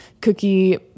cookie